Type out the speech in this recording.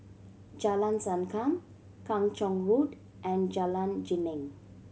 Jalan Sankam Kung Chong Road and Jalan Geneng